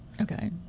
Okay